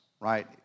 right